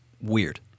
weird